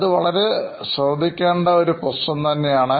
അത് വളരെ ശ്രദ്ധിക്കേണ്ട പ്രശ്നം തന്നെയാണ്